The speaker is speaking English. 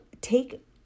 take